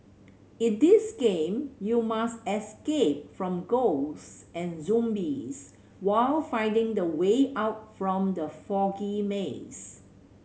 in this game you must escape from ghosts and zombies while finding the way out from the foggy maze